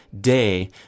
day